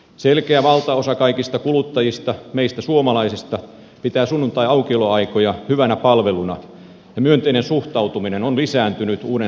selkeä valtaosa kaikista kuluttajista meistä suomalaisista pitää sunnuntaiaukioloja hyvänä palveluna ja myönteinen suhtautuminen on lisääntynyt uuden sääntelyn aikana